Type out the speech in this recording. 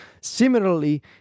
Similarly